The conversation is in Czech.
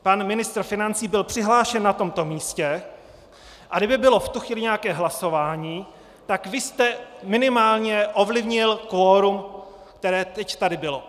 Pan ministr financí byl přihlášen na tomto místě, a kdyby bylo v tu chvíli nějaké hlasování, tak vy jste minimálně ovlivnil kvorum, které tady teď bylo.